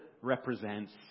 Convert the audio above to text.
represents